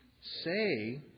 say